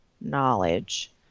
knowledge